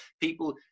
people